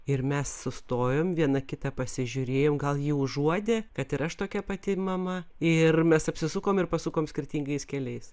ir mes sustojom viena kitą pasižiūrėjom gal ji užuodė kad ir aš tokia pati mama ir mes apsisukom ir pasukom skirtingais keliais